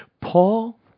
Paul